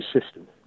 system